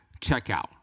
checkout